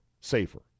safer